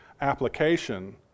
application